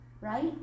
right